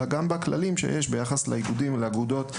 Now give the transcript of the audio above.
אלא גם בכללים שיש ביחס לאיגודים ולאגודות.